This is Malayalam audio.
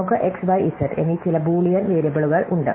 നമുക്ക് x y z എന്നീ ചില ബൂളിയൻ വേരിയബിളുകൾ ഉണ്ട്